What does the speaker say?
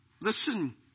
Listen